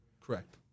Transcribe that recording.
Correct